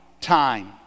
time